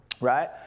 right